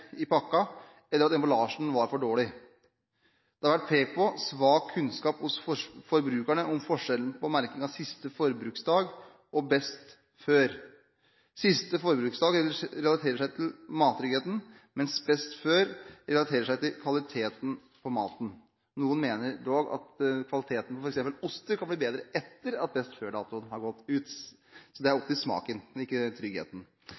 i pakken, eller at emballasjen var for dårlig. Det har vært pekt på svak kunnskap hos forbrukerne om forskjellen på merking av «Siste forbruksdag» og «Best før». «Siste forbruksdag» relaterer seg til mattryggheten, mens «Best før» relaterer seg til kvaliteten på maten. Noen mener dog at kvaliteten på f.eks. oster kan bli bedre etter at «Best før»-datoen har gått ut. Det går på smaken, ikke på tryggheten. Det er